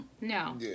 no